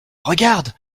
regarde